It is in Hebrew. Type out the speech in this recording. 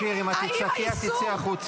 חברת הכנסת שיר, אם את תצעקי את תצאי החוצה.